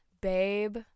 Babe